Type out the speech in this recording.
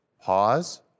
pause